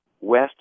west